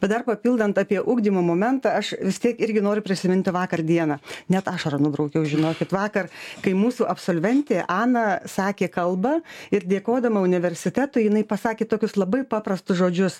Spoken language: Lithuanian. bet dar papildant apie ugdymo momentą aš vis tiek irgi noriu prisiminti vakar dieną net ašarą nubraukiau žinokit vakar kai mūsų absolventė ana sakė kalbą ir dėkodama universitetui jinai pasakė tokius labai paprastus žodžius